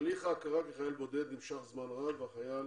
הליך ההכרה בחייל בודד נמשך זמן רב והחייל